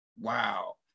Wow